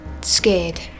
scared